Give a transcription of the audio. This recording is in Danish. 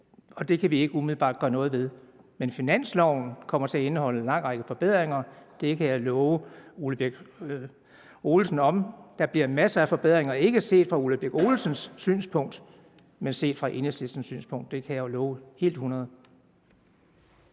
og det kan vi ikke umiddelbart gøre noget ved. Men finansloven kommer til at indeholde en lang række forbedringer, det kan jeg love hr. Ole Birk Olesen. Der bliver masser af forbedringer – ikke set fra hr. Ole Birk Olesen synspunkt, men set fra Enhedslistens synspunkt. Det kan jeg love hundrede